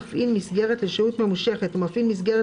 מפעיל מסגרת לשהות ממושכת ומפעיל מסגרת